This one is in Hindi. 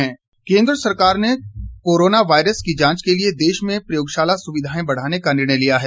कोरोना वायरस केंद्र सरकार ने कोरोना वायरस की जांच के लिए देश में प्रयोगशाला सुविधाएं बढ़ाने का निर्णय लिया है